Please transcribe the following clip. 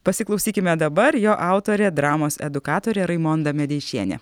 pasiklausykime dabar jo autorė dramos edukatorė raimonda medeišienė